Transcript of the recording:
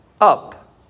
up